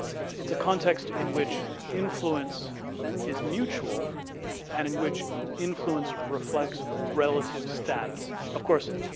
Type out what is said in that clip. it's it's a context in which influence is mutual and in which influence reflects relative status. of course,